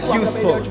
useful